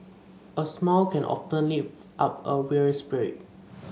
a smile can often lift up a weary spirit